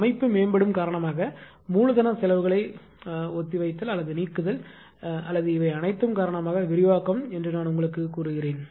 அமைப்பு மேம்பாடு காரணமாக மூலதனச் செலவுகளை ஒத்திவைத்தல் அல்லது நீக்குதல் அல்லது இவை அனைத்தும் காரணமாக விரிவாக்கம் என்று நான் உங்களுக்குச் சொன்னேன்